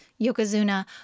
Yokozuna